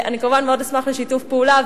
אני כמובן אשמח מאוד לשיתוף פעולה,